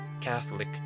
Catholic